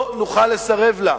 לא נוכל לסרב לה.